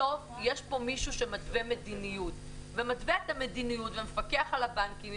בסוף יש פה מישהו שמתווה מדיניות ומפקח על הבנקים.